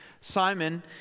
Simon